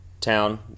town